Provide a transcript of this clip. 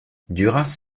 duras